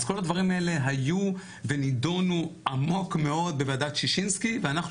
אז כל הדברים האלה היו ונידונו עמוק מאוד בוועדת שישינסקי ואנחנו